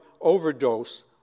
overdose